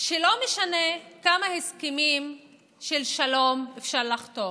שלא משנה כמה הסכמים של שלום אפשר לחתום,